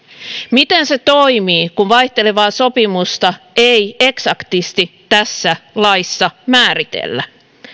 miten se toimii kun vaihtelevaa sopimusta ei eksaktisti tässä laissa määritellä